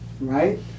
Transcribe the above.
right